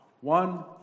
one